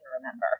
remember